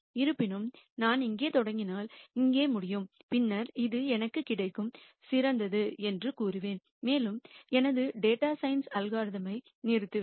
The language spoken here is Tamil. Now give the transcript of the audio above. இருப்பினும் நான் இங்கே தொடங்கினால் இங்கு முடிவடையும் பின்னர் இது எனக்கு கிடைக்கும் சிறந்தது என்று கூறுவேன் மேலும் எனது டேட்டா சயின்ஸ் அல்காரிதம் ஐ நிறுத்துவேன்